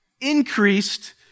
increased